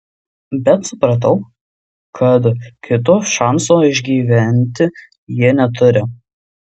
bet supratau kad kito šanso išgyventi jie neturi